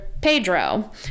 pedro